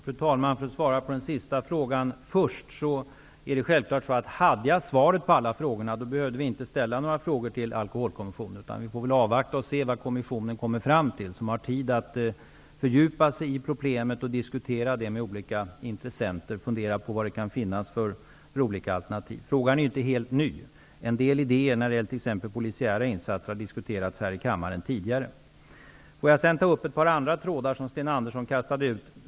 Fru talman! Får jag svara på den sista frågan först. Hade jag svaret på alla frågor, skulle vi inte behöva ställa några frågor till Alkoholkommissionen. Vi får väl avvakta och se vad kommissionen kommer fram till som ju har tid att fördjupa sig i problemet och diskutera det med olika intressenter samt fundera på vad det kan finnas för olika alternativ. Frågan är inte helt ny. En del idéer, t.ex. när det gäller polisiära insatser, har diskuterats här i kammaren tidigare. Får jag sedan ta upp ett par andra trådar som Sten Andersson i Malmö kastade ut.